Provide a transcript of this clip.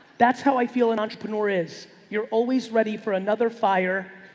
that's how i feel an entrepreneur is you're always ready for another fire,